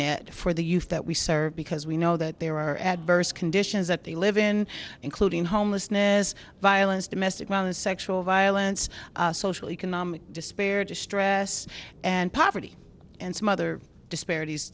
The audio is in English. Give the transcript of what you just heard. net for the youth that we serve because we know that there are adverse conditions that they live in including homelessness violence domestic violence sexual violence social economic despair distress and poverty and some other disparities